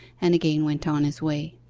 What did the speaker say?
and again went on his way.